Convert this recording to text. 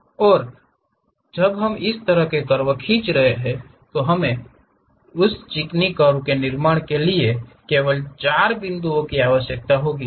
और जब हम इस तरह के कर्व खींच रहे होते हैं तो हमें उस चिकनी कर्व के निर्माण के लिए केवल 4 बिंदुओं की आवश्यकता होती है